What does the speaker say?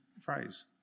phrase